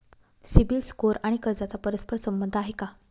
CIBIL score आणि कर्जाचा परस्पर संबंध आहे का?